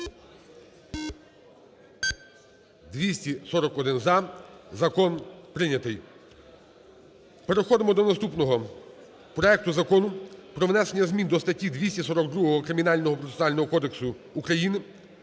За-241 Закон прийнято. Переходимо до наступного – проекту Закону про внесення змін до статті 242 Кримінального процесуального кодексу України